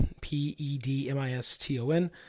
p-e-d-m-i-s-t-o-n